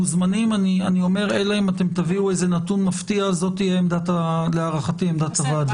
אלא אם תביאו נתון מפתיע זו תהיה להערכתי עמדת הוועדה.